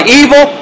evil